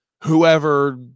whoever